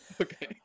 okay